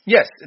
Yes